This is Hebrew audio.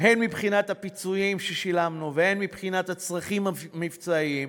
הן מבחינת הפיצויים ששילמנו והן מבחינת הצרכים המבצעיים